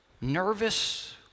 nervous